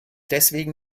deswegen